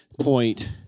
point